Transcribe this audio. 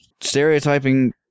Stereotyping